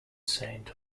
saint